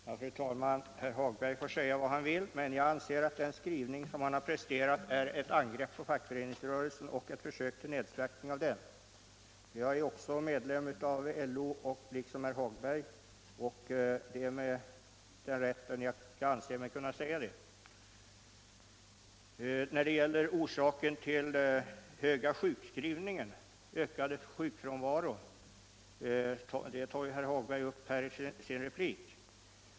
Fru talman! Herr Hagberg i Borlänge får säga vad han vill, men jag anser att den skrivning som han har presterat är ett angrepp på fackföreningsrörelsen och ett försök till nedsvärtning av den. Jag är också medlem av LO, liksom herr Hagberg, och det är med den rätten jag anser mig kunna säga det. Herr Hagberg tar i sin replik upp orsaken till den ökade sjukfrånvaron.